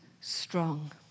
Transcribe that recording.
strong